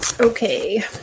Okay